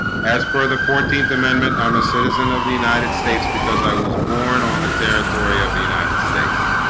as for the fourteenth amendment. i'm a citizen of the united states because i was born on the territory of the united states